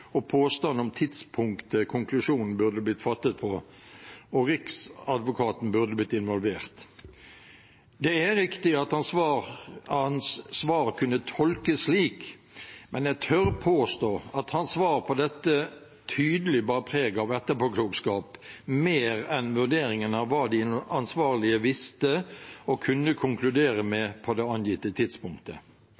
og påstand om tidspunktet konklusjonen burde blitt fattet på og Riksadvokaten burde blitt involvert på. Det er riktig at hans svar kunne tolkes slik, men jeg tør påstå at hans svar på dette tydelig bar preg av etterpåklokskap mer enn en vurdering av hva de ansvarlige visste og kunne konkludere med